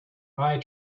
eye